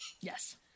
Yes